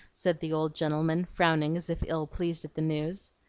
said the old gentleman, frowning as if ill pleased at the news.